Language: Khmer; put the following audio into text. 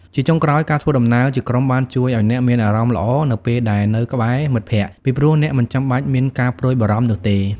ជាចុងក្រោយ ការធ្វើដំណើរជាក្រុមបានជួយឱ្យអ្នកមានអារម្មណ៍ល្អនៅពេលដែលនៅក្បែរមិត្តភក្តិ ពីព្រោះអ្នកមិនចាំបាច់មានការព្រួយបារម្ភនោះទេ។